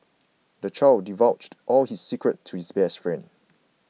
the child divulged all his secrets to his best friend